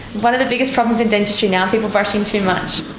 one of the biggest problems in dentistry now, people brushing too much.